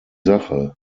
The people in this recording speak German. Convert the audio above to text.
sache